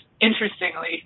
interestingly